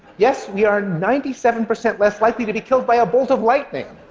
yes, we are ninety seven percent less likely to be killed by a bolt of lightning.